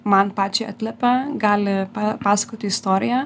man pačiai atliepia gali pa pasakoti istoriją